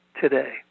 today